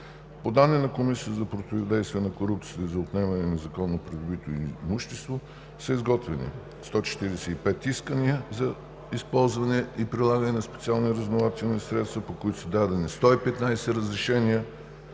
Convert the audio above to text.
По данни на Комисията за противодействие на корупцията и за отнемане на незаконно придобитото имущество са изготвени 145 искания за използване и прилагане на специални разузнавателни средства, по които са дадени 115 разрешения